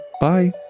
bye